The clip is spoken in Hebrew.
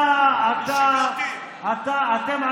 אני לא